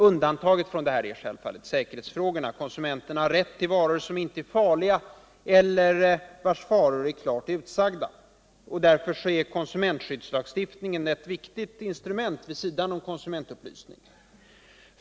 Undantaget från detta är självfallet säkerhetsfrågorna. Konsumenterna har rätt till varor som inte är farliga — eller vilkas faror är klart utsagda. Därför är konsumeniskyddslagstittningen ett viktigt instrument vid sidan av konsumentupplysning.